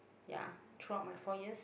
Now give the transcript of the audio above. ya throughout my four years